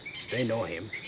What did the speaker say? they know him.